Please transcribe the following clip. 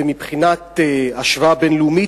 ובהשוואה בין-לאומית,